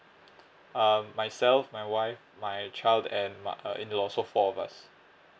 um myself my wife my child and my err in law so four of us